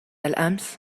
الأمس